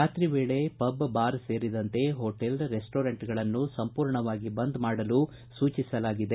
ರಾತ್ರಿ ವೇಳೆ pub bar ಸೇರಿದಂತೆ ಹೋಟೆಲ್ ರೆಸ್ಟೋರೆಂಟ್ಗಳನ್ನು ಸಂಪೂರ್ಣವಾಗಿ ಬಂದ್ ಮಾಡಲು ಸೂಚಿಸಲಾಗಿದೆ